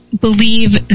believe